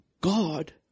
God